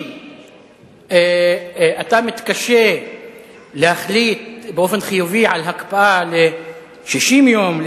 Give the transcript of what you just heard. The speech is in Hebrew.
אם אתה מתקשה להחליט באופן חיובי על הקפאה ל-60 יום,